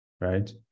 right